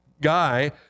guy